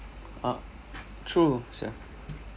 ah true sia